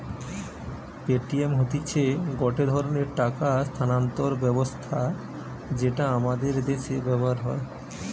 Paytm হতিছে গটে ধরণের টাকা স্থানান্তর ব্যবস্থা যেটা আমাদের দ্যাশে ব্যবহার হয়